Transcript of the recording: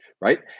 right